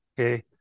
Okay